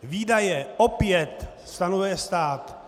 Výdaje opět sanuje stát.